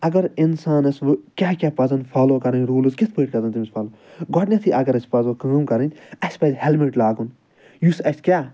اَگر اِنسانَس وۄنۍ کیٛاہ کیٛاہ پَزَن فالوٚو کَرٕنۍ روٗلٕز کِتھۍ پٲٹھۍ پَزَن تٔمِس فالوٚو گوڈٕنیٚتھٕے اَگر أسۍ پَزو کٲم کَرٕنۍ اسہِ پَزِ ہیٚلمِٹ لاگُن یُس اسہِ کیٛاہ